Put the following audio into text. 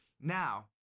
Now